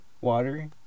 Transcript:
water